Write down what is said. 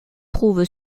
trouve